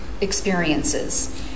experiences